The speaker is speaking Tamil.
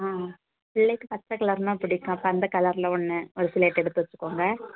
ஆ பிள்ளைக்கு பச்சை கலர்னால் பிடிக்கும் அப்போ அந்த கலரில் ஒன்று ஒரு ஸ்லேட் எடுத்து வச்சுக்கோங்க